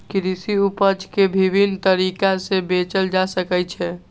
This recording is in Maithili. कृषि उपज कें विभिन्न तरीका सं बेचल जा सकै छै